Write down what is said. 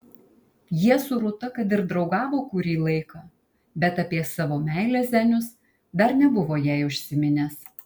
jie su rūta kad ir draugavo kurį laiką bet apie savo meilę zenius dar nebuvo jai užsiminęs